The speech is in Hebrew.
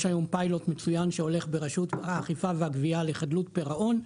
יש היום פיילוט מצוין שהולך ברשות האכיפה והגבייה לחדלות פירעון.